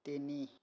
তিনি